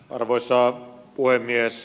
arvoisa puhemies